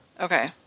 Okay